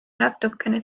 natukene